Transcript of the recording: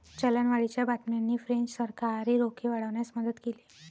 चलनवाढीच्या बातम्यांनी फ्रेंच सरकारी रोखे वाढवण्यास मदत केली